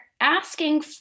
asking